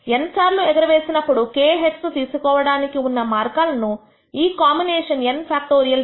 n సార్లు ఎగరవేసినప్పుడు k heads ను తీసుకోవడానికి ఉన్న మార్గాలను ఈ కాంబినేషన్ n